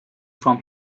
from